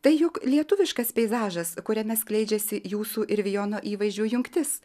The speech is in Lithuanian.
tai juk lietuviškas peizažas kuriame skleidžiasi jūsų ir vijono įvaizdžių jungtis